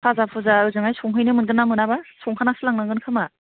भाजा भुजा ओजोंहाय संहैनो मोनगोन ना मोना बा संखानानैसो लांनांगोन खोमा